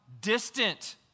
distant